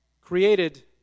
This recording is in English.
created